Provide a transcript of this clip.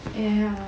ya